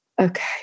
okay